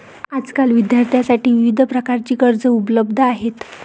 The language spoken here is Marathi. आजकाल विद्यार्थ्यांसाठी विविध प्रकारची कर्जे उपलब्ध आहेत